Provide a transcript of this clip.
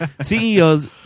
CEOs